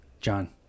John